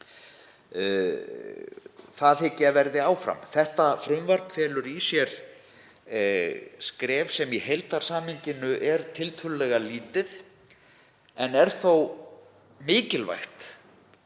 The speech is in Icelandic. Það hygg ég að verði áfram. Þetta frumvarp felur í sér skref sem í heildarsamhenginu er tiltölulega lítið en er þó mikilvægt